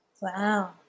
Wow